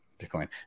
Bitcoin